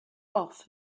off